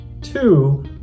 Two